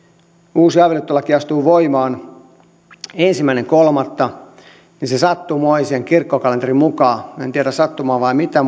uusi avioliittolaki astuu voimaan ensimmäinen kolmatta niin se sattumoisin kirkkokalenterin mukaan en tiedä onko sattumaa vai mitä